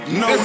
no